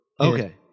Okay